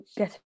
get